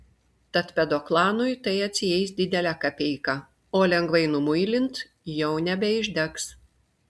tad pedoklanui tai atsieis didelę kapeiką o lengvai numuilint jau nebeišdegs